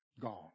gone